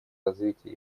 развитие